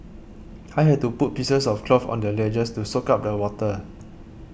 I had to put pieces of cloth on the ledges to soak up the water